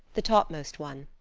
the topmost one.